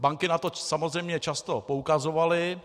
Banky na to samozřejmě často poukazovaly.